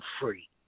free